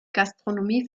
gastronomie